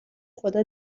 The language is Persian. خدا